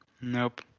Nope